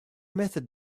method